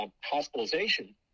hospitalization